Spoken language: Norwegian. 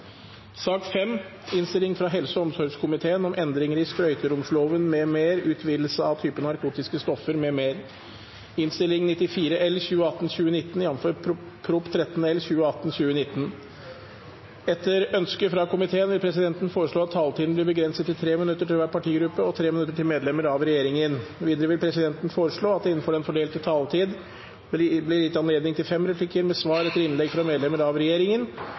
sak nr. 4. Etter ønske fra helse- og omsorgskomiteen vil presidenten foreslå at taletiden blir begrenset til 3 minutter til hver partigruppe og 3 minutter til medlemmer av regjeringen. Videre vil presidenten foreslå at det – innenfor den fordelte taletid – blir gitt anledning til fem replikker med svar etter innlegg fra medlemmer av regjeringen,